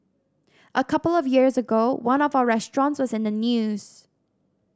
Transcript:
a couple of years ago one of our restaurants was in the news